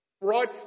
right